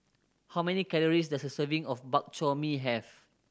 how many calories does a serving of Bak Chor Mee have